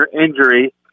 injury